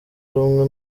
rumwe